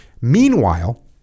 Meanwhile